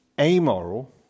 amoral